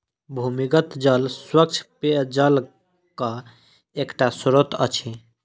भूमिगत जल स्वच्छ पेयजलक एकटा स्त्रोत अछि